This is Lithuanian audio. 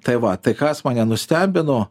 tai va tai kas mane nustebino